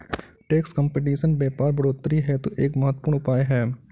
tax competition व्यापार बढ़ोतरी हेतु एक महत्वपूर्ण उपाय है